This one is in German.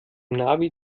navi